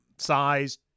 size